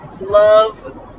love